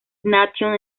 nation